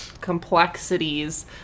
complexities